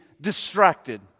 distracted